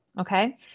Okay